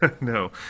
No